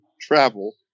travel